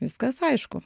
viskas aišku